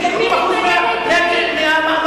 אתם מ-פ-ח-ד-י-ם.